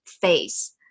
face